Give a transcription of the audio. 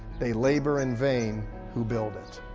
they labor in vain who build it.